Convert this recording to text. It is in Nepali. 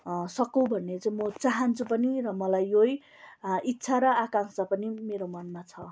सकौँ भन्ने चाहिँ म चाहन्छु पनि र मलाई यही इच्छा र आकाङ्क्षा पनि मेरो मनमा छ